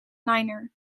niner